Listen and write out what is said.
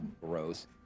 gross